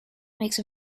makes